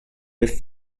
with